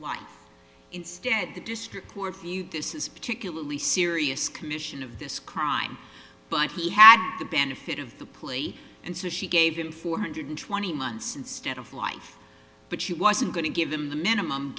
life instead the district court for you this is particularly serious commission of this crime but he had the benefit of the plea and so she gave him four hundred twenty months instead of life but she wasn't going to give them the minimum